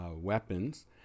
weapons